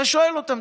אתה שואל אותם,